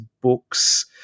books